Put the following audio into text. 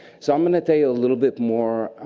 so i'm gonna tell you a little bit more,